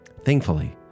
Thankfully